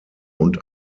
und